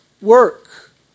work